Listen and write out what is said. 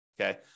Okay